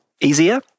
easier